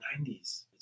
90s